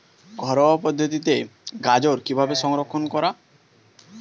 ঘরোয়া পদ্ধতিতে গাজর কিভাবে সংরক্ষণ করা?